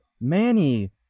Manny